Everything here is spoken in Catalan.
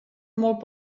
molt